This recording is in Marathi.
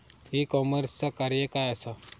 ई कॉमर्सचा कार्य काय असा?